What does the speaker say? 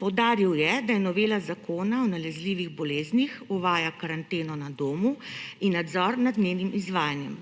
Poudaril je, da je novela Zakona o nalezljivih boleznih uvaja karanteno na domu in nadzor nad njenim izvajanjem.